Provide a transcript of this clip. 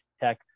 Tech